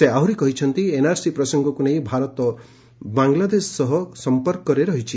ସେ ଆହ୍ରରି କହିଛନ୍ତି ଏନ୍ଆର୍ସି ପ୍ରସଙ୍ଗକ୍ ନେଇ ଭାରତ ବାଙ୍ଗଲାଦେଶ ସହ ସମ୍ପର୍କରେ ରହିଛି